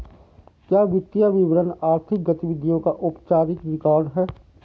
क्या वित्तीय विवरण आर्थिक गतिविधियों का औपचारिक रिकॉर्ड है?